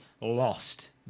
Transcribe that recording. lost